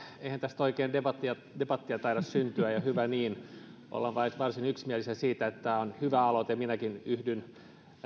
eihän tästä oikein debattia debattia taida syntyä ja hyvä niin ollaan varsin yksimielisiä siitä että tämä on hyvä aloite minäkin yhdyn